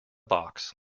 box